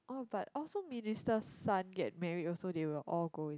oh but also minister's son get married also they will all go